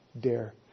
dare